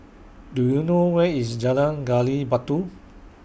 Do YOU know Where IS Jalan Gali Batu